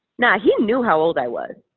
nah, he knew how old i was!